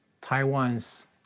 Taiwan's